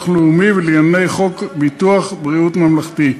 הלאומי ולעניין חוק ביטוח בריאות ממלכתי.